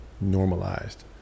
normalized